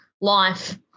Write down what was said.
life